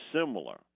similar